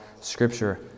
scripture